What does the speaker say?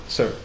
Sir